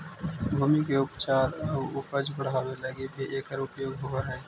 भूमि के उपचार आउ उपज बढ़ावे लगी भी एकर उपयोग होवऽ हई